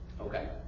Okay